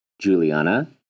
Juliana